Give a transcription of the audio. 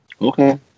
Okay